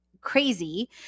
crazy